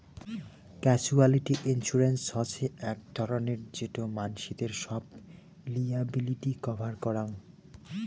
casualty insurance হসে আক ধরণের যেটো মানসিদের সব লিয়াবিলিটি কভার করাং